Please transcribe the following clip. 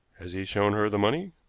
has he shown her the money?